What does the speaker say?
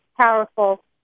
powerful